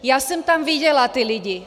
Já jsem tam viděla ty lidi.